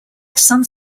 some